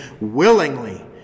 willingly